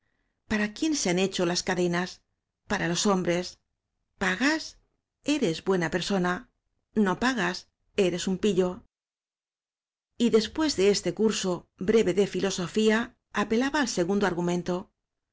para quién se han hecho las ca denas para los hom bres pagas v o eres buena persona no pagas eres un pi llo y después cle este curso breve de filosofía apelaba al segundo argumento